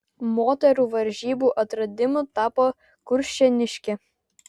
moterų varžybų atradimu tapo kuršėniškė